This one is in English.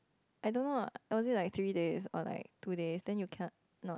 I don't know it was it like three days or like two days then you cannot